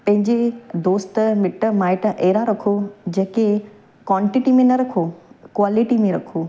पंहिंजे दोस्त मिट माइट अहिड़ा रखो जेके क़्वांटिटी में न रखो क़्वालिटी में रखो